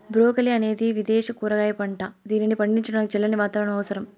broccoli అనేది విదేశ కూరగాయ పంట, దీనిని పండించడానికి చల్లని వాతావరణం అవసరం